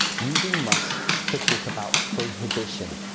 using must to talk about prohibition.